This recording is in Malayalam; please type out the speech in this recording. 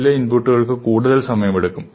ചില ഇൻപുട്ടുകൾക്ക് കൂടുതൽ സമയമെടുക്കും